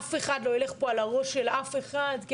אף אחד לא ילך פה על הראש של אף אחד כי